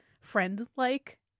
friend-like